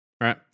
Right